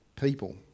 people